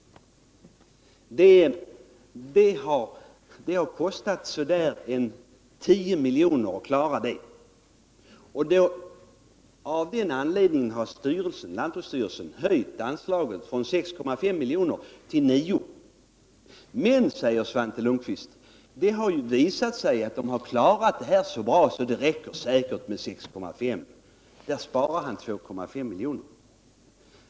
Detta har kostat ca 10 milj.kr. Av den anledningen har lantbruksstyrelsen begärt en höjning av anslaget från 6,5 milj.kr. till 9 milj.kr. Men, säger Svante Lundkvist, det har ju visat sig att man klarat detta så bra att det säkert räcker med 6,5 milj.kr. Där sparar han alltså 2,5 milj.kr.